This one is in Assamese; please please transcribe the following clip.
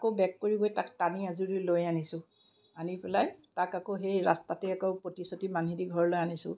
আকৌ বেক কৰি গৈ তাক টানি আঁজুৰি লৈ আনিছোঁ আনি পেলাই তাক আকৌ সেই ৰাস্তাতে আকৌ পতি চতি বান্ধি দি ঘৰলৈ আনিছোঁ